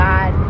God